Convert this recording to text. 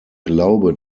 glaube